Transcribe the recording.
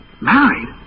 Married